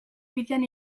bidean